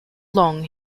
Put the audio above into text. long